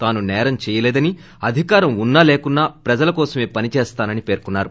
తాను సేరం చేయలేదని అధికారం ఉన్నా లేకున్నా ప్రజల కోసమే పనిచేస్తానని పెర్కున్నారు